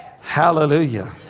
Hallelujah